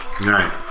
Right